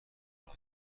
کردن